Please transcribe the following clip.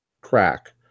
crack